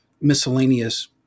miscellaneous